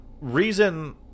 reason